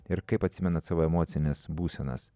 ir kaip atsimenat savo emocines būsenas